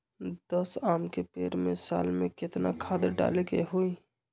दस आम के पेड़ में साल में केतना खाद्य डाले के होई?